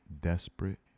desperate